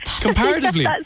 comparatively